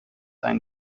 einen